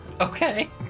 Okay